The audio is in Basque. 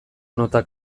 nota